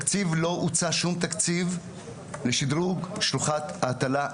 לא הוצע שום תקציב לשדרוג שלוחת ההטלה.